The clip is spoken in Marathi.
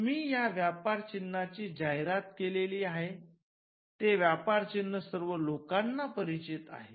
तुम्ही या व्यापार चिन्हाची जाहिरात केलेली आहे ते व्यापार चिन्ह सर्व लोकांना परिचित आहे